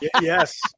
yes